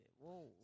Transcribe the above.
Whoa